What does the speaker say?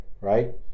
right